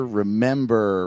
remember